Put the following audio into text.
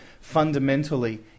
Fundamentally